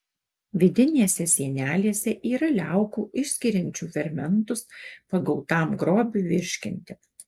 vidinėse sienelėse yra liaukų išskiriančių fermentus pagautam grobiui virškinti